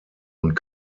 und